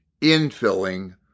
infilling